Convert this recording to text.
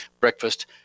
breakfast